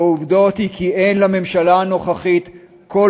והעובדות הן שאין לממשלה הנוכחית כל